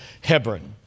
Hebron